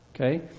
Okay